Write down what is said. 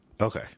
Okay